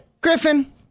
Griffin